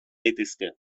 daitezke